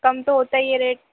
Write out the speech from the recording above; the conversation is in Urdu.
کم تو ہوتا ہی ہے ریٹ